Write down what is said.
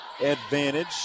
advantage